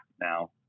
now